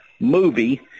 movie